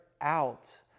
out